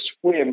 swim